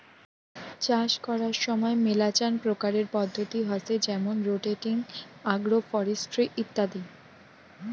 চাষ করার সময় মেলাচান প্রকারের পদ্ধতি হসে যেমন রোটেটিং, আগ্রো ফরেস্ট্রি ইত্যাদি